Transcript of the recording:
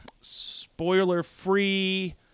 spoiler-free